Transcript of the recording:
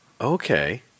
Okay